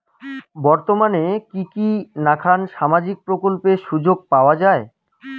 বর্তমানে কি কি নাখান সামাজিক প্রকল্পের সুযোগ পাওয়া যায়?